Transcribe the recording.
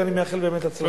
ואני מאחל הצלחה.